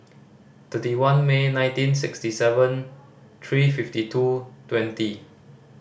thirty one May nineteen sixty seven three fifty two twenty